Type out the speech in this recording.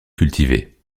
cultivé